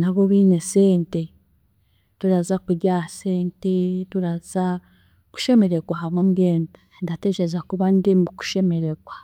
nabo biine esente turaza kurya aha sente turaza kushemeregwa hamwe mbwenu, ndateekyereza kuba ndi mukushemeregwa.